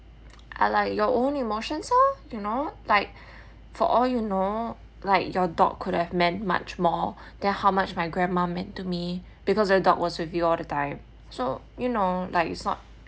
are like your own emotions lor you know like for all you know like your dog could have meant much more then how much my grandma meant to me because the dog was with you all the time so you know like it's not